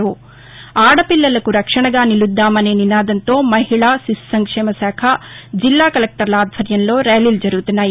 ఆడపిల్లలకు రక్షణగా నిలుద్దాం అనే నినాదంతో మహిళా శిశుసంక్షేమ శాఖ జిల్లా కలెక్టర్ల ఆధ్వర్యంలో ర్యాలీలు జరుగుతున్నాయి